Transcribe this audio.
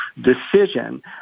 decision